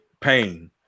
pain